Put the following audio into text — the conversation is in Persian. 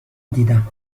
دیدم